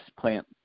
plant